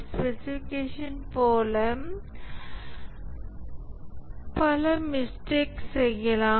specification போது பல mistakes செய்யலாம்